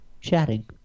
chatting